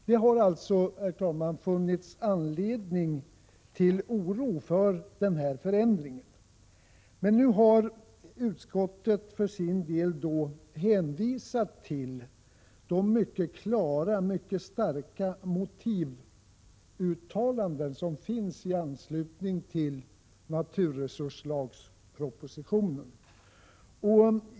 Det har alltså, herr talman, funnits anledning till oro för denna förändring, men nu har utskottet hänvisat till de mycket klara och starka motivuttalanden som har gjorts i anslutning till naturresurslagspropositionen.